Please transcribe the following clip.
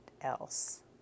else